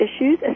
issues